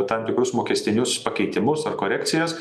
tam tikrus mokestinius pakeitimus ar korekcijas